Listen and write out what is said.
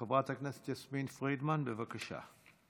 חברת הכנסת יסמין פרידמן, בבקשה.